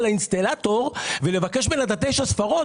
האינסטלטור ולבקש ממנה את תשע הספרות?